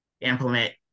implement